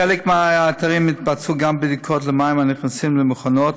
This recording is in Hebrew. בחלק מהאתרים התבצעו גם בדיקות למים הנכנסים למכונות,